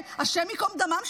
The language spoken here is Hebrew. השם ייקום דמם,